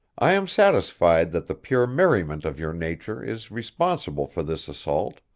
i am satisfied that the pure merriment of your nature is responsible for this assault,